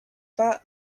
pas